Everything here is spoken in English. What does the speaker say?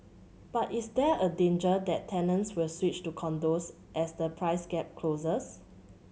but is there a danger that tenants will switch to condos as the price gap closes